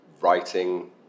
writing